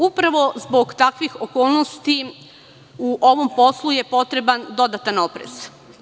Upravo zbog takvi okolnosti u ovom poslu je potreban dodatan oprez.